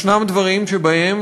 יש דברים שבהם,